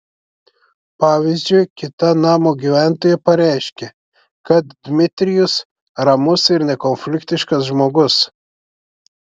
pavyzdžiui kita namo gyventoja pareiškė kad dmitrijus ramus ir nekonfliktiškas žmogus